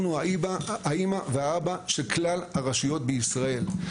אנחנו האמא והאבא של כלל הרשויות בישראל.